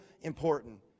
important